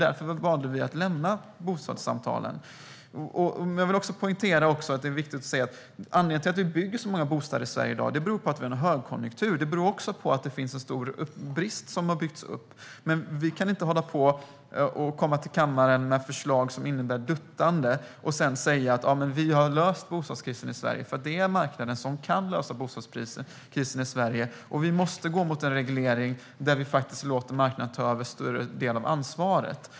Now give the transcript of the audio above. Därför valde vi att lämna bostadssamtalen. Att det byggs så många bostäder i Sverige i dag beror på att vi har högkonjunktur - det är viktigt att säga det. Det beror också på att en stor brist har byggts upp. Men ni kan inte hålla på och komma till kammaren med förslag som innebär duttande och sedan säga: Vi har löst bostadskrisen i Sverige. Det är nämligen marknaden som kan lösa bostadskrisen i Sverige. Vi måste gå mot en reglering där vi låter marknaden ta över större delen av ansvaret.